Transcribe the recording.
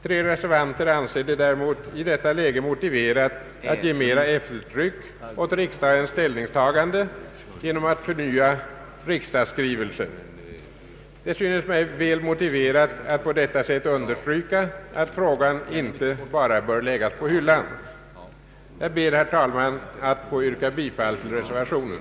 Tre reservanter anser det däremot i detta läge motiverat att ge mera eftertryck åt riksdagens ställningstagande genom att förnya riksdagsskrivelsen. Det synes mig väl motiverat att på detta sätt understryka att frågan inte bara bör läggas på hyllan. Jag ber, herr talman, att få yrka bifall till reservationen.